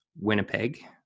Winnipeg